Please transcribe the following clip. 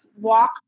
walk